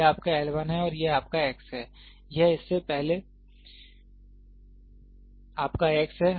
यह आपका L 1 है और यह आपका x है यह इससे पहले आपका x है